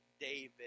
David